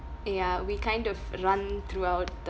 ya we kind of run throughout the